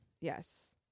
yes